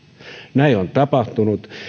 näin on tapahtunut